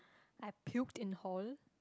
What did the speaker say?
I puked in hall